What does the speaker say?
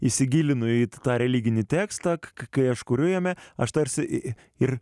įsigilinu į tą religinį tekstą kai aš kuriu jame aš tarsi ir